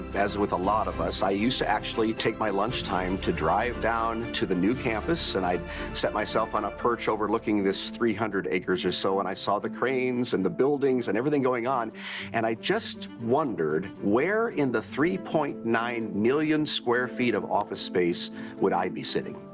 as with with a lot of us. i used to actually take my lunchtime to drive down to the new campus and i'd sit myself on a perch overlooking this three hundred acres or so. and i saw the cranes and the buildings and everything going on and i just wondered where in the three point nine million square feet of office space would i be sitting?